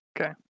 okay